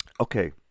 Okay